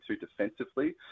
defensively